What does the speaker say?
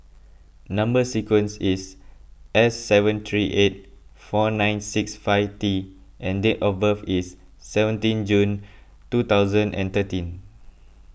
Number Sequence is S seven three eight four nine six five T and date of birth is seventeen June two thousand and thirteen